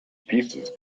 pieces